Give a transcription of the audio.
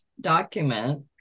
document